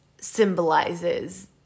symbolizes